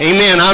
Amen